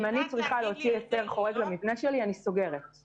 אם אצטרך לשלום עבור היתר חורג אז אסגור את הגן.